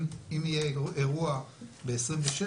אם יהיה אירוע ב-2027,